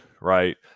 right